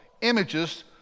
images